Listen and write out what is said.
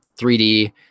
3D